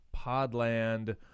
podland